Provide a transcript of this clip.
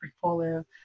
portfolio